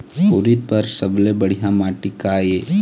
उरीद बर सबले बढ़िया माटी का ये?